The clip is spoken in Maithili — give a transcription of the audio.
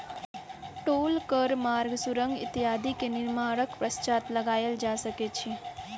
टोल कर मार्ग, सुरंग इत्यादि के निर्माणक पश्चात लगायल जा सकै छै